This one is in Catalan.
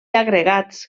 agregats